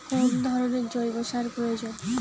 কোন ধরণের জৈব সার প্রয়োজন?